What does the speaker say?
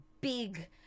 big